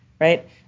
right